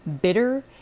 bitter